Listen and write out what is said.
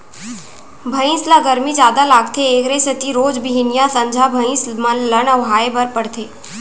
भइंस ल गरमी जादा लागथे एकरे सेती रोज बिहनियॉं, संझा भइंस मन ल नहवाए बर परथे